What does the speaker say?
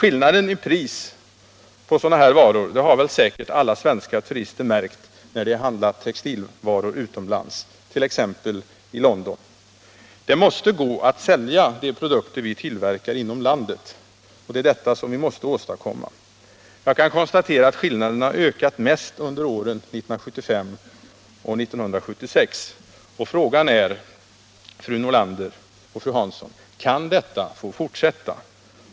Skillnaden i pris på sådana här varor har säkerligen alla svenska turister märkt när de handlat textilvaror utomlands, t.ex. i London. Det måste gå att sälja de produkter vi tillverkar inom landet, och det är det vi måste åstadkomma. Jag kan konstatera att skillnaderna ökat mest under åren 1975 och 1976. Frågan är, fru Nordlander och fru Hansson: Kan detta få fortsätta?